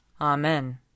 Amen